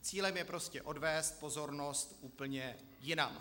Cílem je prostě odvést pozornost úplně jinam.